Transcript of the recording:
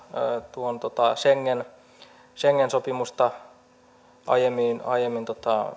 tuon schengen schengen sopimusta koskevan aiemman